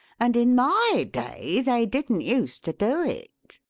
and in my day they didn't use to do it